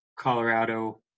Colorado